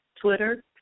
Twitter